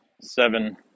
seven